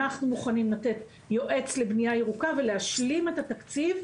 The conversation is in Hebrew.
אנחנו מוכנים לתת יועץ לבנייה ירוקה ולהשלים את התקציב,